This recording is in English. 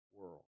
world